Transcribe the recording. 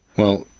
well,